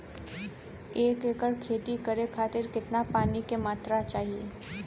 एक एकड़ खेती करे खातिर कितना पानी के मात्रा चाही?